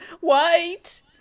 white